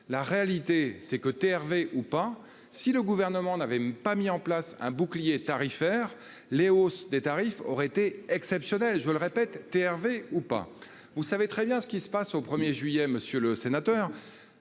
La réalité c'est que TRV ou pas. Si le gouvernement n'avait pas mis en place un bouclier tarifaire les hausses des tarifs auraient été exceptionnel, je le répète TRV ou pas. Vous savez très bien ce qui se passe au 1er juillet, Monsieur le Sénateur.